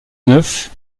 neuf